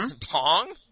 Pong